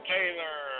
Taylor